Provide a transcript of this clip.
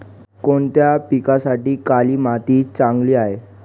कोणत्या पिकासाठी काळी माती चांगली आहे?